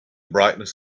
brightness